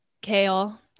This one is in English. kale